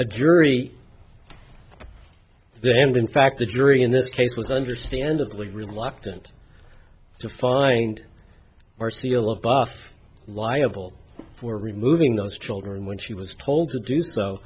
the jury there and in fact the jury in this case was understandably reluctant to find more seal of buff liable for removing those children when she was told to do so